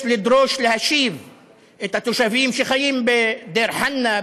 אין שום מניעה,) יש לדרוש להשיב את התושבים שחיים בדיר חנא,